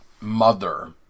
mother